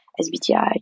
SBTI